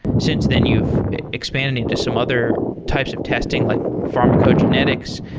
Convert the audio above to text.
since then, you've expanded into some other types of testing, like pharmacogenetics.